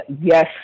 yes